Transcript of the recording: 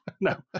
no